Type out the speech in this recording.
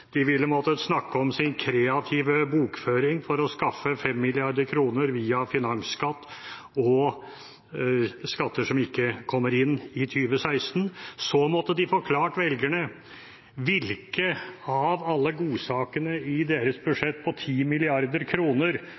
De ville måttet snakke om sin kreative bokføring for å skaffe 5 mrd. kr via finansskatt og skatter som ikke kommer inn i 2016. Så måtte de forklart velgerne hvilke av alle godsakene i deres budsjett på